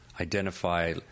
identify